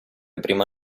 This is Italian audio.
prima